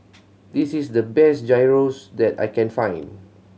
this is the best Gyros that I can find